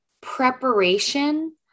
preparation